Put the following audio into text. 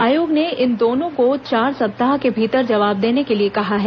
आयोग ने इन दोनों को चार सप्ताह के भीतर जवाब देने के लिए कहा है